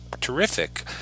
terrific